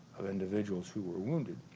of individuals who were wounded